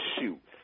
shoot